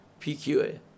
PQA